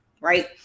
right